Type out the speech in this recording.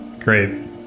Great